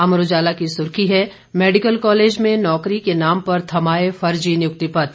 अमर उजाला की सुर्खी है मैडिकल कॉलेज में नौकरी के नाम पर थमाए फर्जी नियुक्ति पत्र